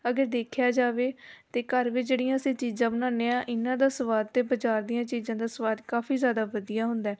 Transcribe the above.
ਅਗਰ ਦੇਖਿਆ ਜਾਵੇ ਤਾਂ ਘਰ ਵਿੱਚ ਜਿਹੜੀਆਂ ਅਸੀਂ ਚੀਜ਼ਾਂ ਬਣਾਉਂਦੇ ਹਾਂ ਇਹਨਾਂ ਦਾ ਸਵਾਦ ਅਤੇ ਬਾਜ਼ਾਰ ਦੀਆਂ ਚੀਜ਼ਾਂ ਦਾ ਸਵਾਦ ਕਾਫੀ ਜ਼ਿਆਦਾ ਵਧੀਆ ਹੁੰਦਾ